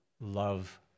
love